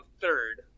third